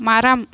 மரம்